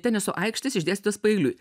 teniso aikštės išdėstytos paeiliui